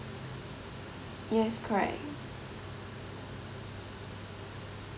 yes correct